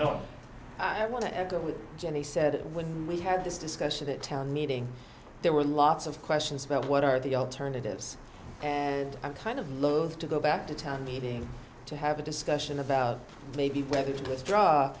oh i want to end up with jenny said when we had this discussion a town meeting there were lots of questions about what are the alternatives and i'm kind of loath to go back to town meeting to have a discussion about maybe whether to withdraw